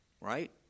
right